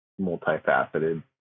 multifaceted